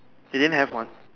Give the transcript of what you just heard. they didn't have one